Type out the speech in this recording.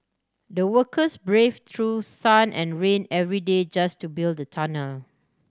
the workers brave through sun and rain every day just to build the tunnel